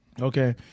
Okay